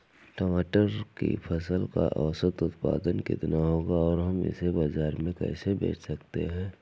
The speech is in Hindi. टमाटर की फसल का औसत उत्पादन कितना होगा और हम इसे बाजार में कैसे बेच सकते हैं?